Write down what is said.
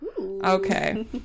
Okay